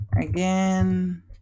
again